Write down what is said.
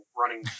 running